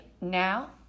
now